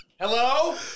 Hello